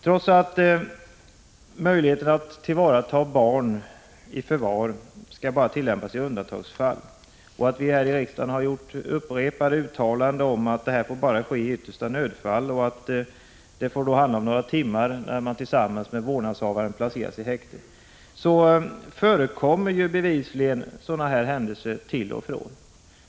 Trots att möjligheten att ta barn i förvar skall användas bara i undantagsfall och att riksdagen gjort upprepade uttalanden om att det får ske endast i yttersta nödfall och att det då får handla om att barnen tillsammans med vårdnadshavaren placeras i häkte endast i några timmar, förekommer sådana händelser bevisligen då och då.